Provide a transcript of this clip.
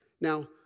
Now